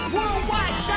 Worldwide